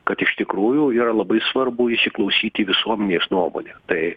kad iš tikrųjų yra labai svarbu įsiklausyti į visuomenės nuomonę tai